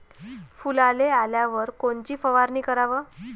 फुलाले आल्यावर कोनची फवारनी कराव?